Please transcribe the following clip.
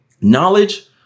Knowledge